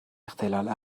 اختلال